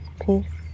peace